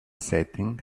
setting